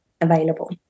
available